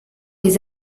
les